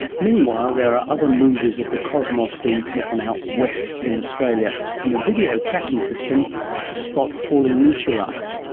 meanwhile there are other movies of the cosmos being taken out west in australia, in a video tracking system to spot falling meteorites.